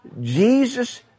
Jesus